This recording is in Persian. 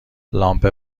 لامپ